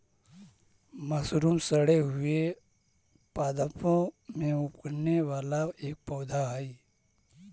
mushroom सड़े हुए पादपों में उगने वाला एक पौधा हई